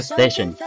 Station